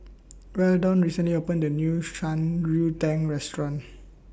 Weldon recently opened A New Shan Rui Tang Restaurant